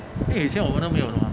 !hey! 以前我们都没有的 mah